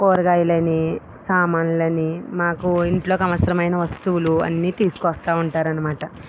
కూరగాయలు అని సామానులు అని మాకు ఇంట్లోకి అవసరమైన వస్తువులు అన్నీ తీసుకొస్తా ఉంటారు అన్నమాట